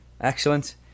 Excellent